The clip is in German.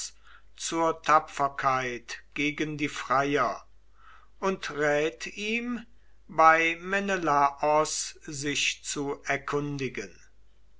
zur tapferkeit gegen die freier und rät ihm bei menelaos sich zu erkundigen